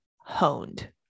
honed